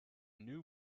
new